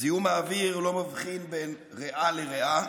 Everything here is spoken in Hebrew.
זיהום האוויר לא מבחין בין ריאה לריאה